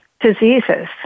diseases